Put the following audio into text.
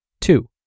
Two